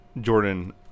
Jordan